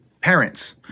Parents